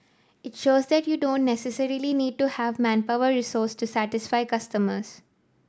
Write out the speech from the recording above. it shows that you don't necessarily need to have manpower resource to satisfy customers